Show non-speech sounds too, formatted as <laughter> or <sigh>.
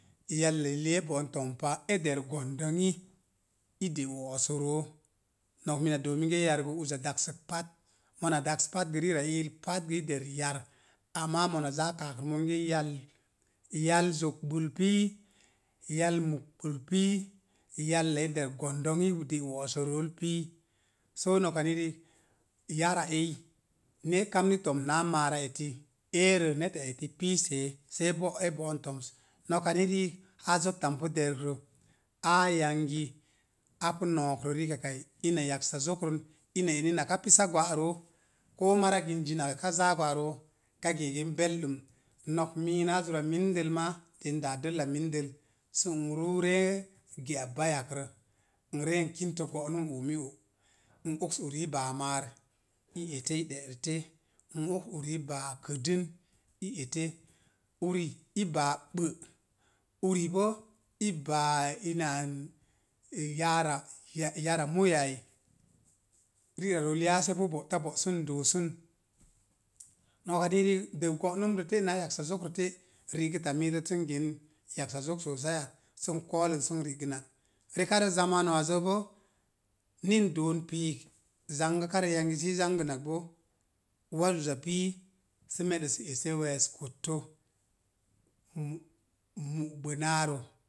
Yallili é bo'on to̱ms pa, e der gondongii, i de̱’ wo'ossoro, nok mina doo minge yár gə uza daksək pat. Mona daks pat gə rira ii i der yar ama mona zaa kaakrə gə monge yal. Yal zogbul pii yal muk ɓul pii, yalla i der gondogi i ɗe wo’ sorool pii, so noka ni riik yára eyi ne é kamni to̱m na ma̱a̱ ra eti eerə neta eti pisee se e bo é bo'on tɔms, no̱ka ni riik haa zotta npu dərk rə, áá yangi apu no̱o̱ krə rikaki. Ina yaksa zokron ina eni naka pisa gwa'roo, koo mara ginzi naka záá gwa'roo ka’ gee gen belɗdúm, nok mii naa zara mindəl n daa dəlla mindəl sə n ruu ree ge'a baiyakrə. I reen kin te go'num omi o. n oks o ari i báá máár i ɗe'rəte i ese i oks uri i baa kəədən i ete, uri i báá ɓa̱'uri bə i baa ina an yaara yara muyo ai. Rira rool yaa sepu bota bo sə n dosun. <hesitation> Noka ni riik dəu go'num ro te’ naa yaksa zokro te'. rigəta miirə sən rigə sən gəən yaksa zok sosaiyak sə n ko̱o̱lun sə n rigən ak. Rekarə zamanuwazzə bo ni n doon piik, zangəkarə ni yangi ni i zangən ak bo. Wa'zuza pii sə meɗe̱ pu sə ese we̱e̱s kotto mu’ mu' gbənaarə.